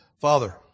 Father